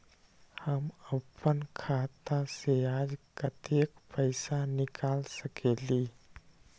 हम अपन खाता से आज कतेक पैसा निकाल सकेली?